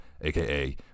aka